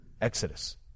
exodus